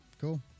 cool